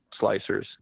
slicers